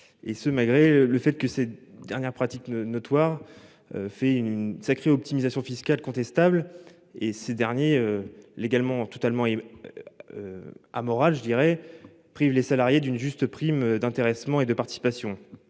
Et ce malgré le fait que ces dernières pratiques ne notoire. Fait une sacrée optimisation fiscale contestable et ces derniers légalement totalement. Amoral je dirais prive les salariés d'une juste prime d'intéressement et de participation.